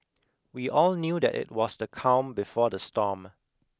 we all knew that it was the calm before the storm